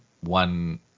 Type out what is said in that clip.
One